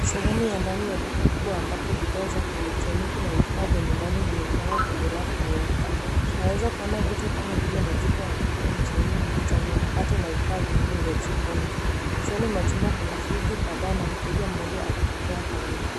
Sehemu ya ndani ya duka kubwa ambapo bidhaa za kielektroniki na vifaa vya nyumbani vimepangwa kwenye rafu nyeupe. Tunaweza kuona vitu kama vile majiko ya kupikia mchele, vitonoa mikate na vifaa vingine vya jikoni . Mwishoni mwa chumba kuna friji kadhaa na mteja mmoja akitembea karibu.